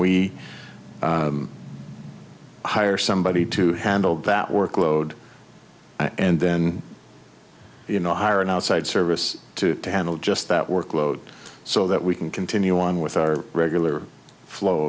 we hire somebody to handle that workload and then you know hire an outside service to handle just that workload so that we can continue on with our regular flow